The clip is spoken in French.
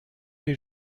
les